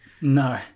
no